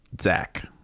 Zach